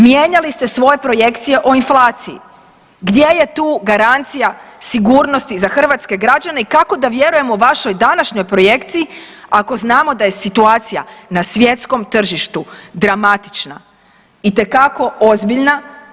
Mijenjali ste svoje projekcije o inflaciji, gdje je tu garancija sigurnosti za hrvatske građene i kako da vjerujemo vašoj današnjoj projekciji ako znamo da je situacija na svjetskom tržištu dramatična, itekako ozbiljna?